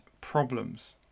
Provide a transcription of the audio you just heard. problems